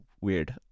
weird